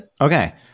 Okay